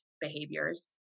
behaviors